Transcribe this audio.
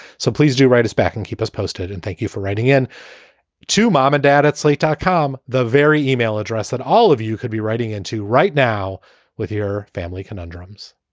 so please do write us back and keep us posted. and thank you for writing in to mom and dad at slate dot com. the very email address that all of you could be writing into right now with your family conundrums.